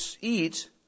eat